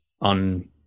on